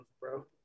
bro